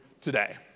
today